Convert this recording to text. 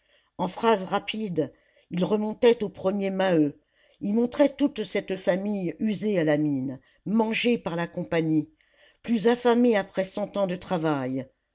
en phrases rapides il remontait au premier maheu il montrait toute cette famille usée à la mine mangée par la compagnie plus affamée après cent ans de travail